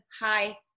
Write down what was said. Hi